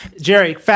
Jerry